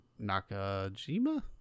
Nakajima